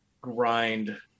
grind